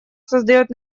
создает